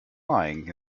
lying